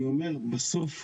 אני אומר בסוף,